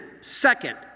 Second